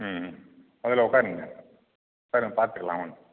ம் முதல்ல உட்காருங்க உட்காருங்க பார்த்துக்கலாம் வாங்க